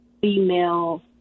female